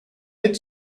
hit